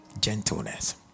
Gentleness